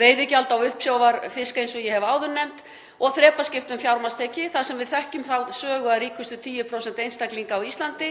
veiðigjalda á uppsjávarfisk, eins og ég hef áður nefnt, og þrepaskiptum fjármagnstekjum þar sem við þekkjum þá sögu að ríkustu 10% einstaklinga á Íslandi